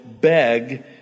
beg